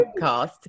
podcast